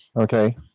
Okay